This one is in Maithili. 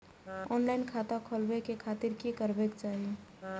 ऑनलाईन खाता खोलाबे के खातिर कि करबाक चाही?